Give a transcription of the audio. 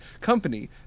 company